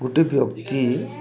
ଗୁଟେ ବ୍ୟକ୍ତି